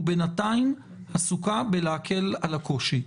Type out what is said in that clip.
ובינתיים עסוקה בלהקל על הקושי.